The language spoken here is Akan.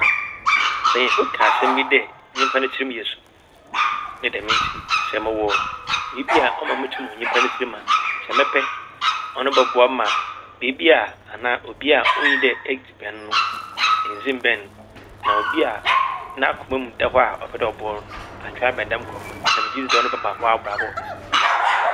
Mpanyimfo ka asɛm bi dɛ nyimpa ne tsirm' yɛ sum. Ne dɛm ntsi sɛ mowɔ biribi a ɔma mutum hu nyimpa ne tsirmu a nkyɛ mɛpɛ. Ɔno bɔboa me ma beebi a anaa obi a onnyi dɛ edzi bɛn no nndzi mmbɛn no na obi a n'akoma mu da hɔ a ɔpɛ ɔboa wo no atwe abɛn dɛm nkorɔfo n' na megye dzi dɛ ɔno bɛma w'abrabɔ esi wo yie.